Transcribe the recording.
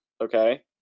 Okay